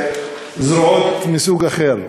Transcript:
בזרועות מסוג אחר.